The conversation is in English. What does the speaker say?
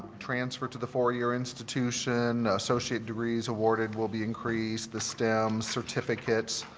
transfer to the four-year institution, associate degrees awarded will be increased, the stem certificates.